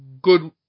good